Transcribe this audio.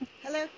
Hello